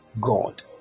god